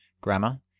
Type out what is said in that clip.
grammar